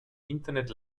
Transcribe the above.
internet